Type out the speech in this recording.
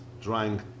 trying